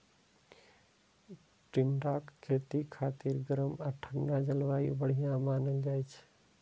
टिंडाक खेती खातिर गरम आ ठंढा जलवायु बढ़िया मानल जाइ छै